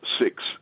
six